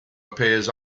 appears